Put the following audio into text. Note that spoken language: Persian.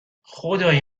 خدای